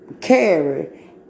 carry